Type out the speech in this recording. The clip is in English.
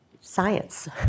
science